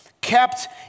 Kept